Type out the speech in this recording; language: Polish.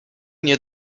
nie